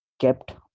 kept